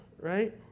Right